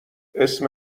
اسم